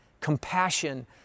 compassion